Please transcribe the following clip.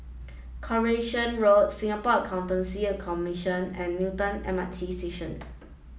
Coronation Road Singapore Accountancy Commission and Newton M R T Station